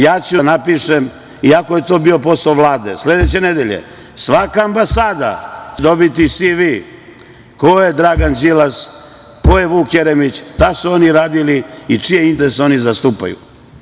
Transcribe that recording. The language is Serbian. Ja ću da napišem, iako je to bio posao Vlade, sledeće nedelje svaka ambasada će dobiti CV ko je Dragan Đilas, ko je Vuk Jeremić, šta su oni radili i čije interese oni zastupaju.